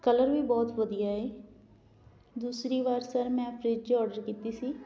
colour ਵੀ ਬਹੁਤ ਵਧੀਆ ਹੈ ਦੂਸਰੀ ਵਾਰ ਸਰ ਮੈਂ ਫਰਿੱਜ ਔਡਰ ਕੀਤੀ ਸੀ